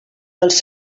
dels